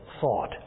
thought